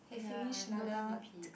ya I have no time to pee